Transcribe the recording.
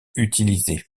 utilisé